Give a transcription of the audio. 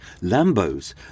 Lambos